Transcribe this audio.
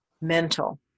mental